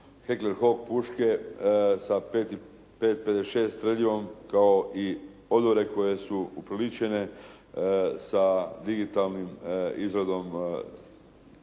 «Hegler hof» puške sa 5,56 streljivom kao i odore koje su upriličene sa digitalnim, izradom